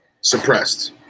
suppressed